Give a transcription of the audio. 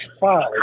five